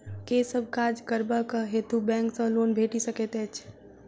केँ सब काज करबाक हेतु बैंक सँ लोन भेटि सकैत अछि?